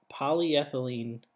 Polyethylene